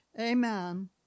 Amen